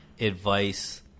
advice